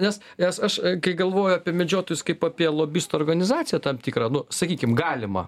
nes nes aš kai galvoju apie medžiotojus kaip apie lobistų organizaciją tam tikrą nu sakykim galimą